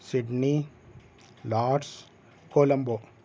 Sydney lords Colombo